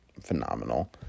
phenomenal